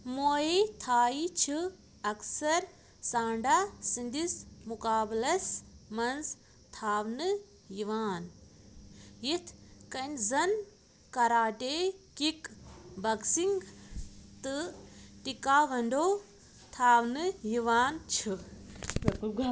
مویی تھایی چھِ اکثر سانٛڈا سٕنٛدِس مُقابلس منٛز تھاونہٕ یِوان یِتھ کٔنۍ زَن کَراٹے کِک بَکسِنٛگ تہٕ ٹِکاوَنٛڈو تھاونہٕ یوان چھِ